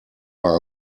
war